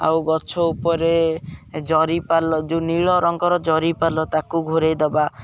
ଆଉ ଗଛ ଉପରେ ଜରିପାଲ ଯେଉଁ ନୀଳ ରଙ୍ଗର ଜରିପାଲ ତାକୁ ଘୋରେଇ ଦବା